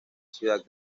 ciudad